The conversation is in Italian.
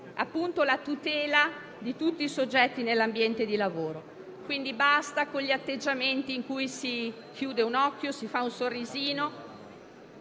garantire la tutela di tutti i soggetti nell'ambiente di lavoro. Quindi basta con gli atteggiamenti in cui si chiude un occhio o si fa un sorrisino.